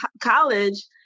college